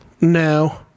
No